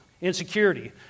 insecurity